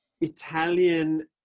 Italian